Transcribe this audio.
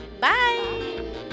Bye